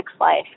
life